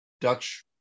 Dutch